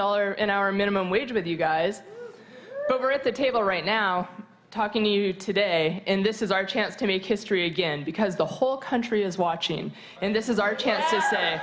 dollar an hour minimum wage with you guys over at the table right now talking to you today in this is our chance to make history again because the whole country is watching and this is our chance to s